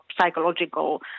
psychological